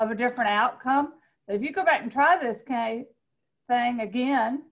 of a different outcome if you go back and try this guy thing again